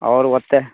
आओर ओतए